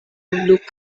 курдук